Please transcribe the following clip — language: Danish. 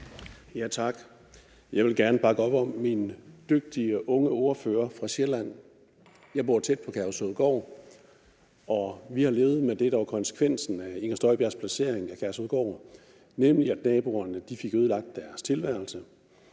Tak. Jeg vil gerne bakke op om min dygtige og unge ordfører fra Sjælland. Jeg bor tæt på Kærshovedgård, og vi har levet med det, der var konsekvensen af Inger Støjbergs placering af det på Kærshovedgård, nemlig at naboerne fik ødelagt deres tilværelse,